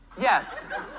Yes